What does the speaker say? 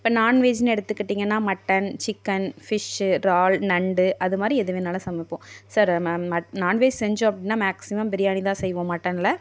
இப்போ நான்வெஜ்னு எடுத்துக்கிட்டிங்கன்னா மட்டன் சிக்கன் ஃபிஷ்ஷு இறால் நண்டு அதுமாதிரி எது வேணாலும் சமைப்போம் சாரு மேம் நான்வெஜ் செஞ்சோம் அப்படின்னா மேக்ஸிமம் பிரியாணி தான் செய்வோம் மட்டனில்